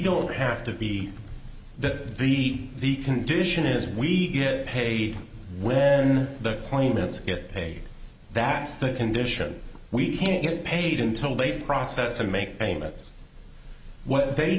don't have to be that be the condition is we get paid when the claimants get paid that's the condition we can't get paid until they process and make payments what they